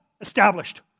established